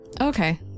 okay